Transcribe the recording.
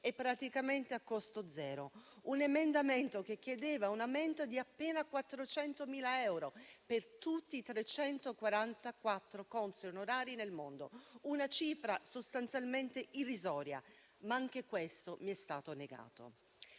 praticamente a costo zero. Tale emendamento chiedeva un aumento di appena 400.000 euro per tutti i 344 consoli onorari nel mondo; una cifra sostanzialmente irrisoria. Ma anche questo mi è stato negato.